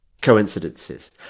coincidences